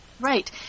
Right